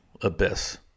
abyss